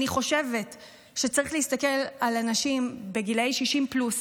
אני חושבת שצריך להסתכל על אנשים בגילי 60 פלוס